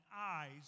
eyes